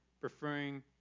preferring